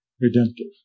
redemptive